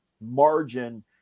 margin